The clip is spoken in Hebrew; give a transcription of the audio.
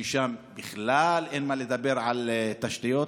ששם בכלל אין מה לדבר על תשתיות,